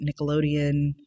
Nickelodeon